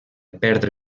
perdre